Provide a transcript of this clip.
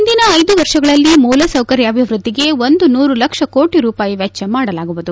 ಮುಂದಿನ ಐದು ವರ್ಷಗಳಲ್ಲಿ ಮೂಲಸೌಕರ್ಯ ಅಭಿವೃದ್ಧಿಗೆ ಒಂದು ನೂರು ಲಕ್ಷ ಕೋಟಿ ರೂಪಾಯಿ ವೆಚ್ಚ ಮಾಡಲಾಗುವುದು